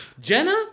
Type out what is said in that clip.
Jenna